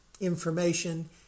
information